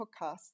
podcasts